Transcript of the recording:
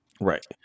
Right